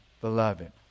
beloved